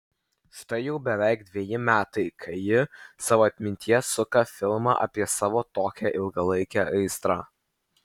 štai jau beveik dveji metai kai ji savo atmintyje suka filmą apie savo tokią ilgalaikę aistrą